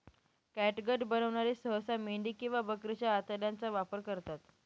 catgut बनवणारे सहसा मेंढी किंवा बकरीच्या आतड्यांचा वापर करतात